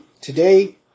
today